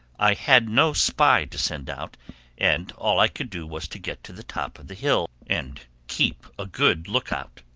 i had no spy to send out and all i could do was to get to the top of the hill, and keep a good look out.